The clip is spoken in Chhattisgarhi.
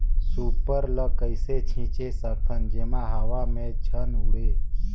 सुपर ल कइसे छीचे सकथन जेमा हवा मे झन उड़े?